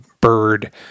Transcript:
bird